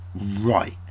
right